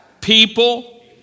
people